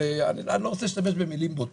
ואני לא רוצה להשתמש במילים בוטות,